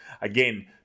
again